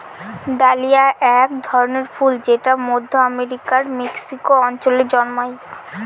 dahlia এক ধরনের ফুল যেটা মধ্য আমেরিকার মেক্সিকো অঞ্চলে জন্মায়